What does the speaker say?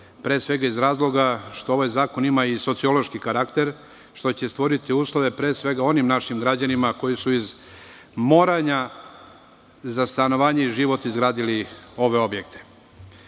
pre svega iz razloga što ovaj zakon ima i sociološki karakter, što će stvoriti uslove pre svega onim našim građanima koji su iz moranja za stanovanje i život izgradili ove objekte. Pred